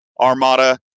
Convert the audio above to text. armada